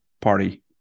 party